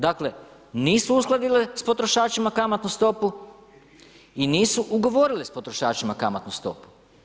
Dakle, nisu uskladile s potrošačima kamatnu stopu i nisu ugovorile s potrošačima kamatnu stopu.